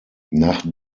nach